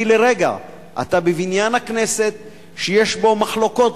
כי לרגע אתה בבניין הכנסת שיש בו מחלוקות,